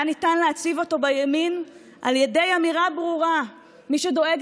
היה ניתן להציב אותו בימין על ידי אמירה ברורה: מי שדואג